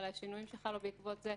על השינויים שחלו בעקבות זה,